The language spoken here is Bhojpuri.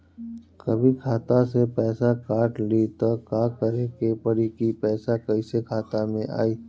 कभी खाता से पैसा काट लि त का करे के पड़ी कि पैसा कईसे खाता मे आई?